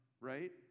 right